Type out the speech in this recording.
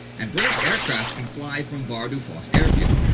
and british aircraft can fly from bardufoss airfield.